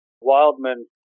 Wildman